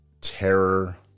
Terror